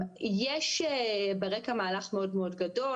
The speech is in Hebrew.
יש ברקע מהלך מאוד מאוד גדול,